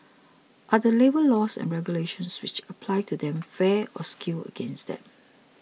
are the labour laws and regulations which apply to them fair or skewed against them